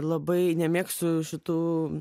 labai nemėgstu šitų